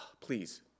please